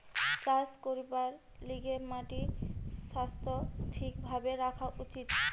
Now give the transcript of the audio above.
চাষ করবার লিগে মাটির স্বাস্থ্য ঠিক ভাবে রাখা হতিছে